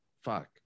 fuck